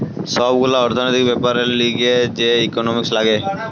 সব গুলা অর্থনৈতিক বেপারের লিগে যে ইকোনোমিক্স লাগে